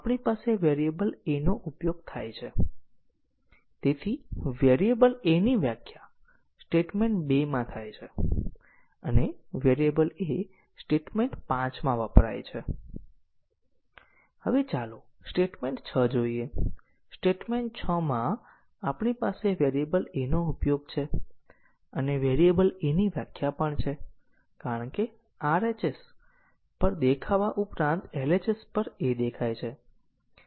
અમે ફક્ત ગ્રાફનું ટેસ્ટીંગ કરીને મેટ્રિકની ગણતરી કરી શકીએ છીએ અથવા અમારી પાસે એવા સાધનો હોઈ શકે છે જે કંટ્રોલ ફલો ગ્રાફમાંથી McCabeના સાયક્લોમેટિક મેટ્રિક ની સરળતાથી ગણતરી કરી શકે છે અથવા જો જરૂરી હોય તો પ્રોગ્રામ કોડ આપેલ હોય જો જરૂરી હોય તો કંટ્રોલ ફ્લો ગ્રાફ અને McCabeનું મેટ્રિક અને તમને નંબર બતાવો અને McCabe મેટ્રિક પણ હું કહી રહ્યો હતો કે તમે કંટ્રોલ ફલો ગ્રાફના દ્રશ્ય ટેસ્ટીંગ દ્વારા ખૂબ જ સરળતાથી ગણતરી કરી શકો છો